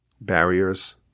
Barriers